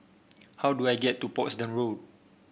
how do I get to Portsdown Road